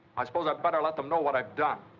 i suppose i'd better let them know what i've done.